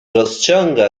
rozciąga